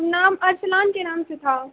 نام ارسلان کے نام سے تھا